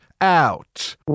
out